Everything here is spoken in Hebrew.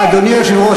אדוני היושב-ראש,